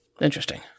Interesting